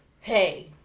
Hey